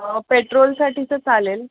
पेट्रोलसाठीचं चालेल